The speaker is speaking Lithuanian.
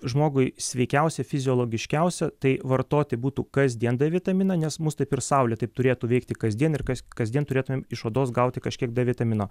žmogui sveikiausia fiziologiškiausia tai vartoti būtų kasdien d vitaminą nes mus taip ir saulė taip turėtų veikti kasdien ir kas kasdien turėtumėm iš odos gauti kažkiek d vitamino